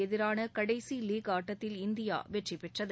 எதிரான கடைசி லீக் ஆட்டத்தில் இந்தியா வெற்றிபெற்றது